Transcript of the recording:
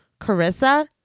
Carissa